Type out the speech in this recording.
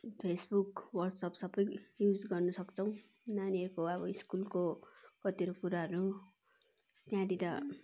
face book WhatsApp सबै use गर्नु सक्छौँ नानीहरूको अब स्कुलको कतिवटा कुराहरू त्यहाँनेर